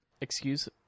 excuse